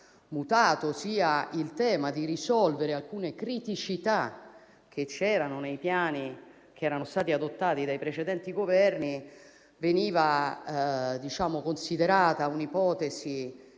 mutato e per risolvere alcune criticità presenti nei piani che erano stati adottati dai precedenti Governi veniva considerata un'ipotesi